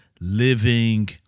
living